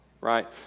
right